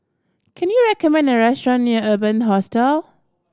can you recommend a restaurant near Urban Hostel